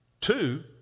Two